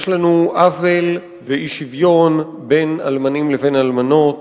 יש לנו עוול ואי-שוויון בין אלמנים לבין אלמנות,